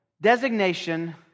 designation